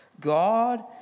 God